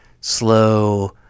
slow